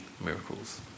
miracles